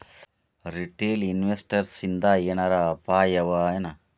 Retail ಇನ್ವೆಸ್ಟರ್ಸಿಂದಾ ಏನರ ಅಪಾಯವಎನು?